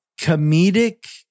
comedic